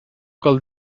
cal